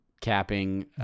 capping